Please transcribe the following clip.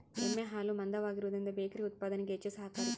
ಎಮ್ಮೆ ಹಾಲು ಮಂದವಾಗಿರುವದರಿಂದ ಬೇಕರಿ ಉತ್ಪಾದನೆಗೆ ಹೆಚ್ಚು ಸಹಕಾರಿ